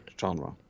genre